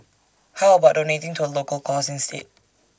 how about donating to A local cause instead